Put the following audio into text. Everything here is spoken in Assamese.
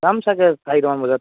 যাম চাগে চাৰিটামান বজাত